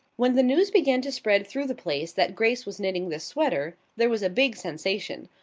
when the news began to spread through the place that grace was knitting this sweater there was a big sensation.